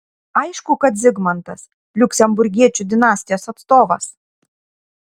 aišku kad zigmantas liuksemburgiečių dinastijos atstovas